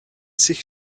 sich